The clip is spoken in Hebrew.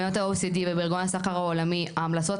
במדינות ה-OECD ובארגון הסחר העולמי ההמלצות